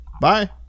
Bye